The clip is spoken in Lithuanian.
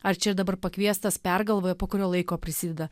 ar čia ir dabar pakviestas pergalvojo po kurio laiko prisideda